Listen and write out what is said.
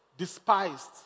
despised